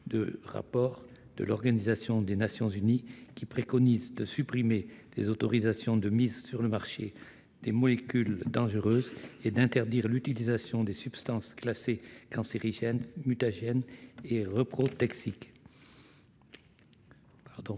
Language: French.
du rapport de l'Organisation des Nations unies qui préconise de supprimer les autorisations de mise sur le marché des molécules dangereuses et d'interdire l'utilisation des substances classées cancérigènes, mutagènes et reprotoxiques. Madame